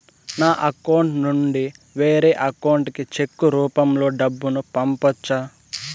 నా అకౌంట్ నుండి వేరే అకౌంట్ కి చెక్కు రూపం లో డబ్బును పంపొచ్చా?